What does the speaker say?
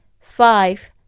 Five